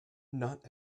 not